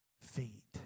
feet